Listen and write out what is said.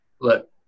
look